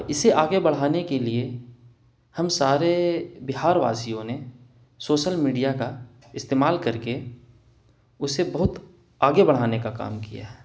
اسے آگے بڑھانے کے لیے ہم سارے بہار واسیوں نے سوسل میڈیا کا استعمال کر کے اسے بہت آگے بڑھانے کا کام کیا ہے